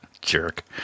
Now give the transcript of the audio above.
Jerk